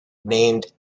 named